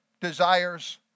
desires